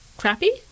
Crappy